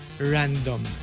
random